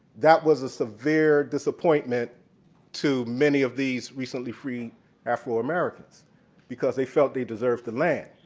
that was a severe disappointment to many of these recently freed afro-americans because they felt they deserved the lands.